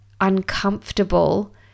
uncomfortable